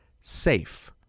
SAFE